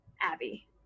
Abby